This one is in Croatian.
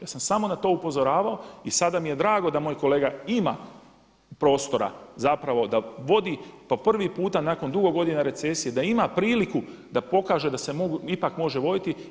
Ja sam samo na to upozoravao i sada mi je drago da moj kolega ima prostora zapravo da vodi po prvi puta nakon dugo godina recesije, da ima priliku da pokaže da se ipak može voditi.